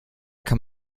kann